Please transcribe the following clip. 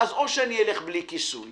אז או שאני אלך בלי כיסוי